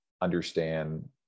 understand